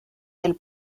del